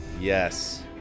Yes